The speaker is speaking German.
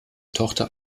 tochter